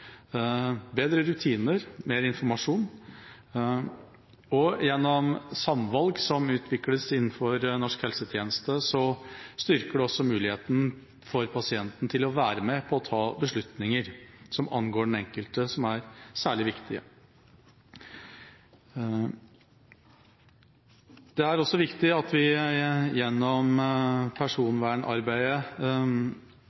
bedre rutiner og mer informasjon, og gjennom samvalg som utvikles innenfor norsk helsetjeneste, styrker det også muligheten for pasienten til å være med og ta beslutninger som angår den enkelte som er særlig viktige. Det er også viktig at vi gjennom